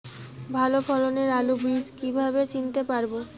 ভালো ফলনের আলু বীজ কীভাবে চিনতে পারবো?